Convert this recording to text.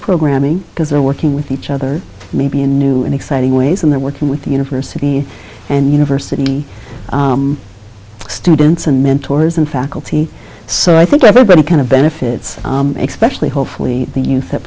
programming because they're working with each other maybe in new and exciting ways and they're working with the university and university students and mentors and faculty so i think everybody kind of benefits expression hopefully the youth that